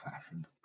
fashion